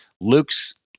Luke's